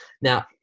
Now